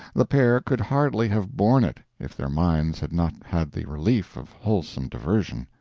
the pair could hardly have borne it if their minds had not had the relief of wholesome diversion.